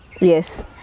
Yes